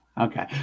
Okay